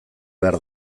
behar